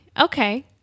Okay